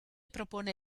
propone